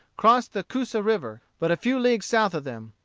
crossed the coosa river, but a few leagues south of them,